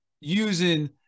using